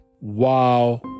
wow